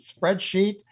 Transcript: spreadsheet